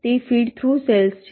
તે feed through cells છે